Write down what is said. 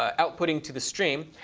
ah outputting to the stream.